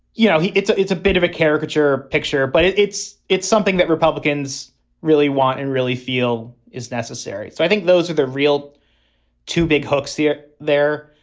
you know, it's ah it's a bit of a caricature picture, but it's it's something that republicans really want and really feel is necessary. so i think those are the real two big hooks here. there.